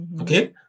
Okay